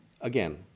Again